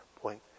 point